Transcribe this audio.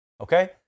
okay